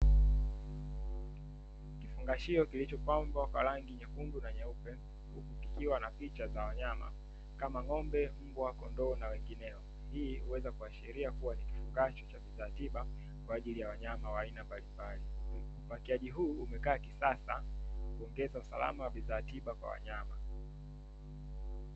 Kifungashio kilicho pambwa kwa rangi nyekundu na nyeupe kikiwa na picha za wanyama kama ng'ombe, mbwa kondoo na wengineo hii huweza kuhashiria ni kifungasho cha vifaa tiba kwa ajili ya wanyama wa aina mbalimbali upakiaji huu umekaa kisasa kuongeza usalama wa vifaa tiba kwa wanyama.